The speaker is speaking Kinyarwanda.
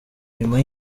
nyuma